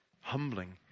humbling